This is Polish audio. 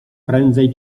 prędzej